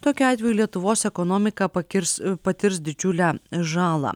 tokiu atveju lietuvos ekonomika pakirs patirs didžiulę žalą